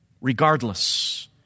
Regardless